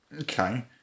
Okay